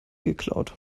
geklaut